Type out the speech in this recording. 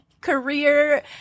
career